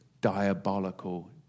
diabolical